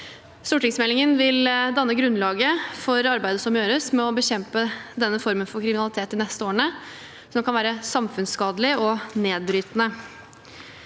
Stortingsmeldingen vil danne grunnlaget for arbeidet som gjøres de neste årene med å bekjempe denne formen for kriminalitet, som kan være samfunnsskadelig og nedbrytende.